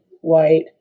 white